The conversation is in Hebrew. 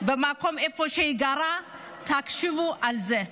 במקום שהיא גרה, תחשבו על זה.